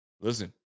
listen